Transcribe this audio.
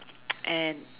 and